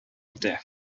үтә